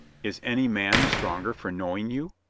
is any man the stronger for knowing you?